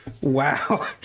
Wow